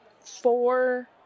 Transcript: four